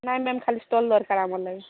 ନାଇଁ ମ୍ୟାମ୍ ଖାଲି ଷ୍ଟଲ୍ ଦରକାର ଆମର ଲାଗି